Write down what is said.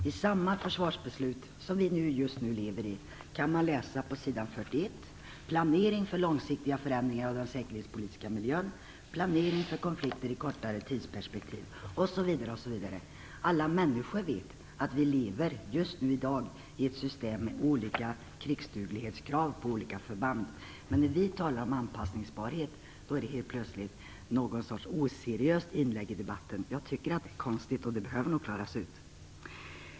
I samma försvarsbeslut som vi just nu lever med kan man läsa på sidan 41: Planering för långsiktiga förändringar av den säkerhetspolitiska miljön, planering för konflikter i kortare tidsperspektiv, osv. Alla människor vet att vi just nu lever i ett system med olika krigsduglighetskrav på olika förband. Men när vi talar om att något är anpassningsbart är det helt plötsligt någon sorts oseriöst inlägg i debatten. Jag tycker att det är konstigt, och det behöver nog klaras ut.